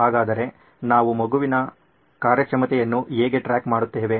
ಹಾಗಾದರೆ ನಾವು ಮಗುವಿನ ಕಾರ್ಯಕ್ಷಮತೆಯನ್ನು ಹೇಗೆ ಟ್ರ್ಯಾಕ್ ಮಾಡುತ್ತೇವೆ